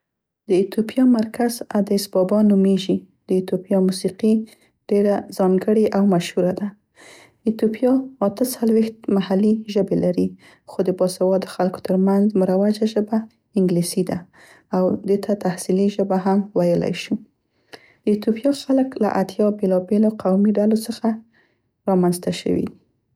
د ایتوپیا مرکز (ادیس بابا) نومیږي. د اتوپیا موسیقي ډيره ځانګړې او مشهوره ده. ایتوپیا اته څلویښت محلي ژبې لري خو د باسواده خلکو تر منځ مروجه ژبه انګلیسي ده او دې ته تحصیلي ژبه هم ویلی شو. د ایتوپیا خلک له اتیا بیلابیلو قومي ډلو څخه رامنځته شوي دي.